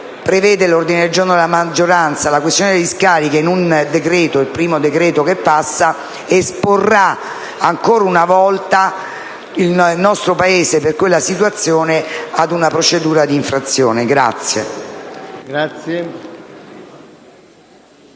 prevede l'ordine del giorno della maggioranza, la questione delle discariche nel primo decreto che passa esporrà ancora una volta il nostro Paese, per quella situazione, ad una procedura di infrazione.